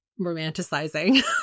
romanticizing